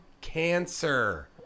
cancer